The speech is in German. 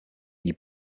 die